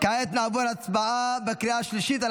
כעת נעבור להצבעה בקריאה השלישית על